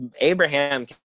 Abraham